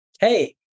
hey